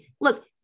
Look